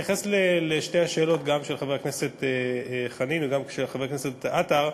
וקטלני: שלחברת הביטוח מותר כל שלוש או חמש שנים לשנות את תנאי הפוליסה.